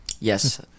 Yes